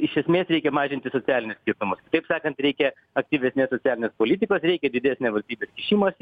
iš esmės reikia mažinti socialinius skirtumus kitaip sakant reikia aktyvesnės socialinės politikos reikia didesnė valstybės kišimosi